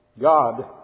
God